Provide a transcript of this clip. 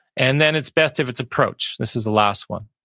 and then it's best if it's approach. this is the last one.